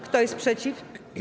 Kto jest przeciw?